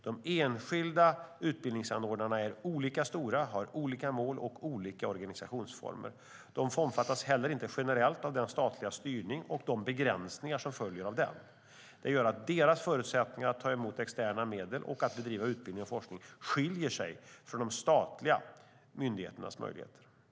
De enskilda utbildningsanordnarna är olika stora, har olika mål och olika organisationsformer. De omfattas heller inte generellt av den statliga styrningen och de begränsningar som följer av den. Det gör att deras förutsättningar att ta emot externa medel och att bedriva utbildning och forskning skiljer sig från de statliga myndigheternas möjligheter att göra det.